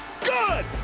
good